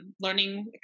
learning